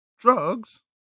drugs